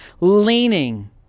leaning